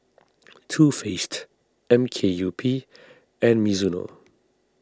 Too Faced M K U P and Mizuno